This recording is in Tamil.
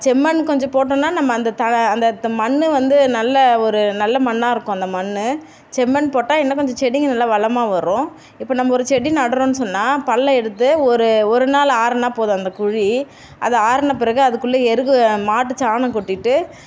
செம்மண்ணு கொஞ்சம் போட்டோம்னா நம்ம அந்த த அந்த மண்ணு வந்து நல்ல ஒரு நல்ல மண்ணாக இருக்கும் அந்த மண்ணு செம்மண்ணு போட்டால் இன்னும் கொஞ்சம் செடிங்க நல்லா வளமாக வரும் இப்போ நம்ம ஒரு செடி நட்டோம்னு சொன்னால் பள்ளம் எடுத்து ஒரு ஒரு நாள் ஆறுனா போதும் அந்த குழி அது ஆறுன பிறகு அதுக்குள்ளே எருது மாட்டு சாணம் கொட்டிகிட்டு